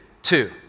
two